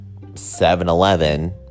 7-Eleven